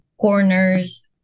corners